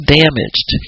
damaged